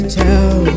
tell